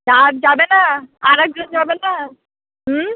তা আর যাবে না আর একজন যাবে না হুম